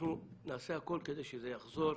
אנחנו נעשה הכול כדי שזה יחזור,